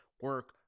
Work